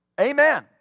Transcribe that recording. Amen